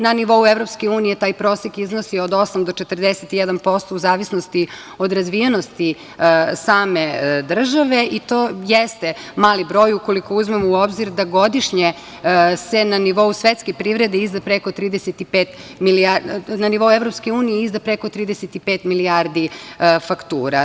Na nivou EU taj prosek iznosi od 8% do 41%, u zavisnosti od razvijenosti same države i to jeste mali broj, ukoliko uzmemo u obzir da godišnje se na nivou EU izda preko 35 milijardi faktura.